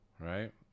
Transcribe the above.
right